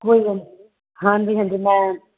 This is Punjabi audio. ਕੋਈ ਗੱਲ ਨਹੀਂ ਹਾਂਜੀ ਹਾਂਜੀ ਮੈਂ